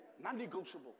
Non-negotiable